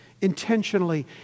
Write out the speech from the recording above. intentionally